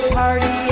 party